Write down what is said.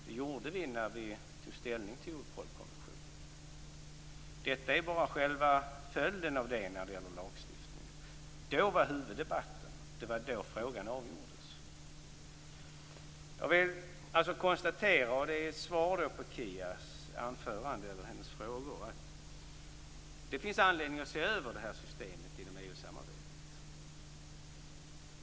Det gjorde vi alltså då vi tog ställning till Europolkonventionen - det som vi nu tar upp är bara själva följden när det gäller lagstiftningen. Då var huvuddebatten och det var då som frågan avgjordes. Jag konstaterar - detta får bli ett svar på Kia Andreassons frågor - att det finns anledning att se över det här systemet inom EU-samarbetet.